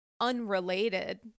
unrelated